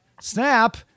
Snap